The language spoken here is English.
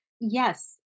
Yes